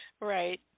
Right